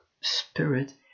spirit